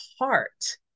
heart